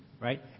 right